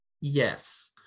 Yes